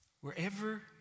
Wherever